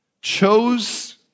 chose